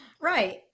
Right